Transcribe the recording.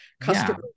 customers